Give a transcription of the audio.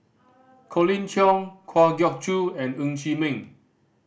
Colin Cheong Kwa Geok Choo and Ng Chee Meng